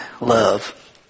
Love